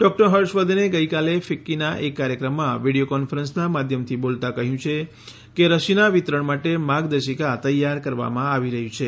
doctor હર્ષવર્ધને ગઈકાલે ફિક્કીના એક કાર્યક્રમમાં વિડિયો કોન્ફરન્સના માધ્યમથી બોલતાં કહ્યું છે કે રસીના વિતરણ માટે માર્ગદર્શિકા તૈયાર કરવામાં આવી રહી છે